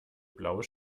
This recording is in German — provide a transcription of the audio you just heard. blaue